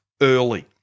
early